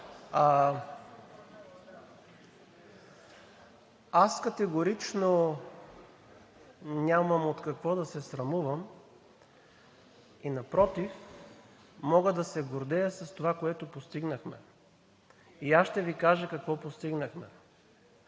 Аз категорично нямам от какво да се срамувам и напротив, мога да се гордея с това, което постигнахме. И аз ще Ви кажа какво постигнахме.